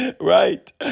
right